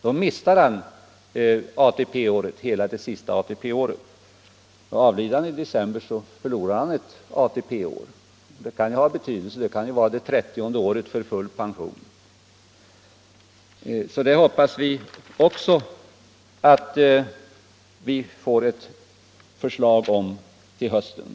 Han mister ATP-poängen för hela det sista året, och avlider han i december förlorar han ett ATP-år, vilket kan ha betydelse. Det kan ju vara det trettionde året för full pension. Jag hoppas att regeringen till hösten skall komma med ett förslag även i den delen.